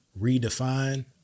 redefine